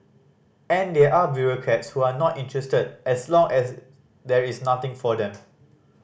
and there are bureaucrats who are not interested as long as there is nothing for them